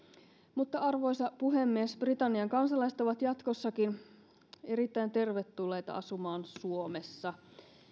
mutta arvoisa puhemies britannian kansalaiset ovat jatkossakin erittäin tervetulleita asumaan suomessa